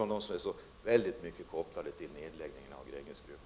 Situationen här är ju starkt kopplad till nedläggningen av Grängesbergsgruvan.